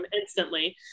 instantly